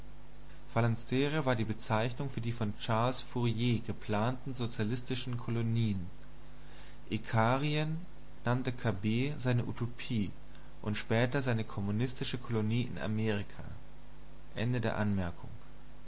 phalanstere war die bezeichnung für die von charles fourier geplanten sozialistischen kolonien ikarien nannte cabet seine utopie und später seine kommunistische kolonie in amerika